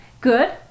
Good